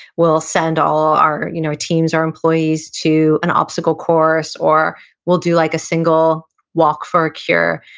we'll send all our you know teams, our employees to an obstacle course, or we'll do like a single walk for a cure.